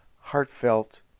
heartfelt